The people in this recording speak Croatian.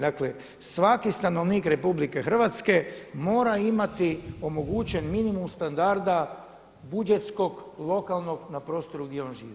Dakle, svaki stanovnik RH mora imati omogućen minimum standarda budžetskog, lokalnog na prostoru di on živi.